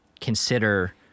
consider